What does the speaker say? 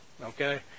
okay